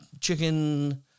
chicken